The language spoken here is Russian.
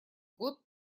год